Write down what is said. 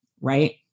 right